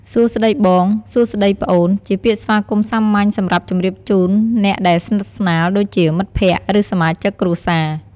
សួស្តីបង សួស្តីប្អូនជាពាក្យស្វាគមន៍សាមញ្ញ សម្រាប់ជម្រាបជូនអ្នកដែលស្និទ្ធស្នាល ដូចជា មិត្តភក្តិ ឬសមាជិកគ្រួសារ។